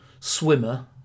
Swimmer